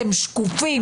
אתם שקופים.